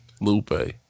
Lupe